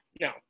no